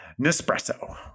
nespresso